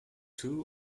two